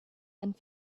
and